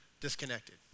disconnected